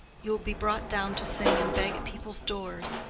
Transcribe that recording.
you will be brought down to sing and beg at people's doors.